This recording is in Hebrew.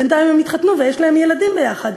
בינתיים הם התחתנו ויש להם ילדים יחד,